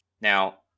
Now